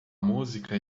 música